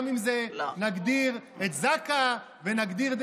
גם אם נגדיר את זק"א ונגדיר,